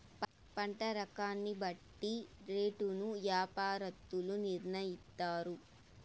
పంట రకాన్ని బట్టి రేటును యాపారత్తులు నిర్ణయిత్తారు